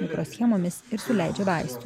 mikroschemomis ir suleidžia vaistų